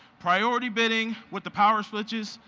priority bidding with the power switches,